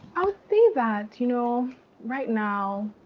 i would say that you know right now,